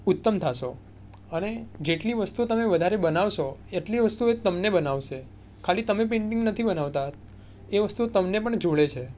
ઉત્તમ થશો અને જેટલી વસ્તુ તમે વધારે બનાવશો એટલી વસ્તુ એ તમને બનાવશે ખાલી તમે પેન્ટિંગ નથી બનાવતા એ વસ્તુ તમને પણ જોડે છે